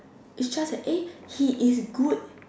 is just eh he is good